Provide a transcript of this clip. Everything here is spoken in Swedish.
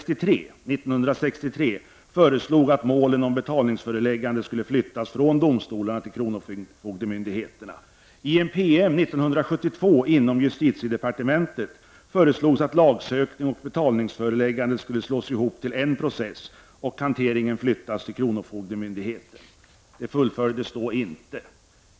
I en PM år 1972 inom justitiedepartementet föreslogs att lagsökning och betalningsföreläggande skulle slås ihop till en process och hanteringen flyttas till kronofogdemyndigheten. Detta fullföljdes då inte.